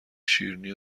شیرینی